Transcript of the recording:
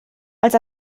als